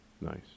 Nice